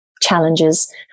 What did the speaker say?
challenges